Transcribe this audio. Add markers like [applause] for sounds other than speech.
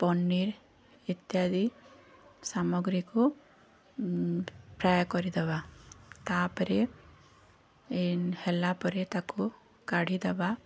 ପନିର୍ ଇତ୍ୟାଦି ସାମଗ୍ରୀକୁ ଫ୍ରାଏ କରିଦେବା ତା'ପରେ [unintelligible] ହେଲାପରେ ତା'କୁ କାଢ଼ିଦେବା